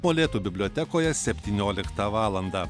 molėtų bibliotekoje septynioliktą valandą